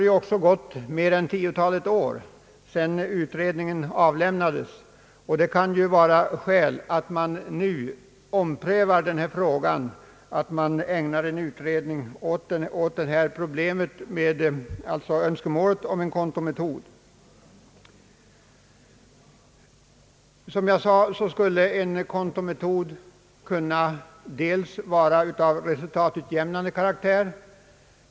Det har nu gått mer än tio år sedan utredningens betänkande avlämnades, och det kan också vara ett skäl för en omprövning och en utredning rörande önskemålet om en kontometod. Som jag sade skulle en kontometod kunna vara av resultatutjämnande karaktär.